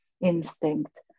instinct